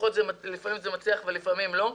לפעמים זה מצליח ולפעמים לא.